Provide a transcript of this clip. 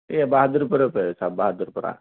یہ بہادر پورہ پہ ہے بہادر پورہ